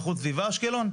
איכות סביבה אשקלון.